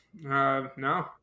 no